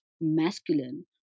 masculine